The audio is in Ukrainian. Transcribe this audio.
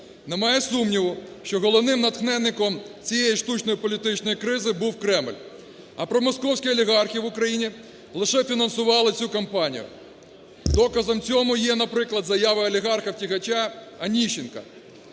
Немає сумніву, що головним натхненником цієї штучної політичної кризи був Кремль, а промосковські олігархи в Україні лише фінансували цю кампанію. Доказом цього є, наприклад, заява олігарха-втікача Онищенка.